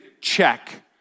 check